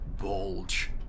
bulge